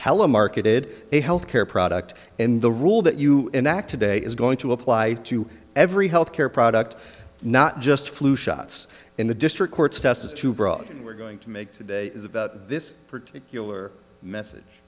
telemarketing a health care product and the rule that you enact today is going to apply to every health care product not just flu shots in the district court's test is too broad we're going to make today is about this particular message